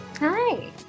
hi